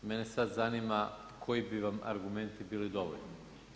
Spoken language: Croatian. Mene sada zanima koji bi vam argumenti bili dovoljni.